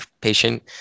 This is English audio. patient